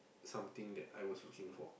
something that I was looking for